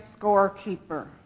scorekeeper